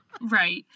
Right